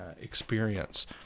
experience